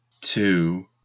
two